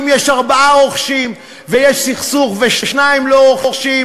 אם יש ארבעה יורשים ויש סכסוך ושניים לא רוצים,